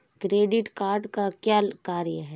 Credit card का क्या कार्य है?